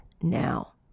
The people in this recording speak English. now